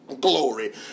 glory